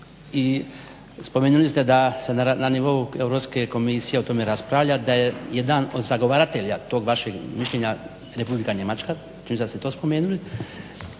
i spomenuli ste da se na nivou EK o tome raspravlja, da je jedan od zagovaratelja tog vašeg mišljenja Republika Njemačka, čini se da ste to spomenuli.